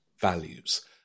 values